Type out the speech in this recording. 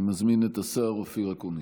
אני מזמין את השר אופיר אקוניס.